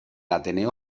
ateneo